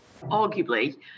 arguably